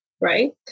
right